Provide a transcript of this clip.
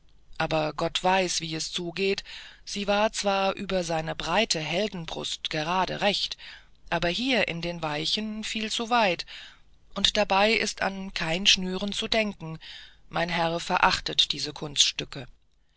aber gott weiß wie es zugeht sie war zwar über seine breite heldenbrust gerade recht aber hier in den weichen viel zu weit und dabei ist an kein schnüren zu denken mein herr verachtet diese kunststücke